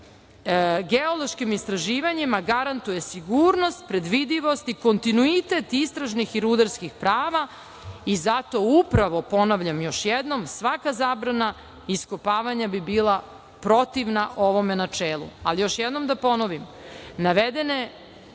geološkim istraživanjima garantuje sigurnost, predvidivost i kontinuitet istražnih i rudarskih prava. Zato upravo, ponavljam još jednom, svaka zabrana iskopavanja bi bila protivna ovom načelu. Još jednom da ponovim, navedenom